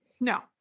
no